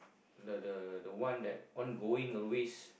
the the the one that ongoing a ways